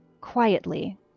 quietly